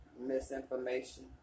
Misinformation